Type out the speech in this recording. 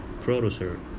producer